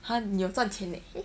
!huh! 你有有赚钱 leh !huh!